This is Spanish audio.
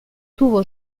tuvo